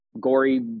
gory